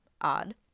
Odd